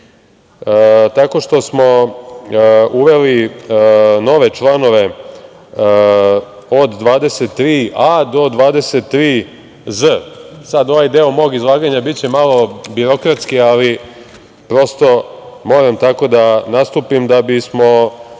tako što smo uveli nove članove od 23a do 23z. Sad ovaj deo mog izlaganja biće malo birokratski, ali prosto, moram tako da nastupim da bismo